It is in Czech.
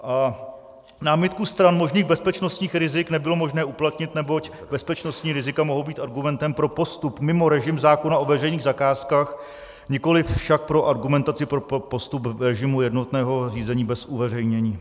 A námitku stran možných bezpečnostních rizik nebylo možné uplatnit, neboť bezpečnostní rizika mohou být argumentem pro postup mimo režim zákona o veřejných zakázkách, nikoliv však pro argumentaci pro postup v režimu jednotného řízení bez uveřejnění.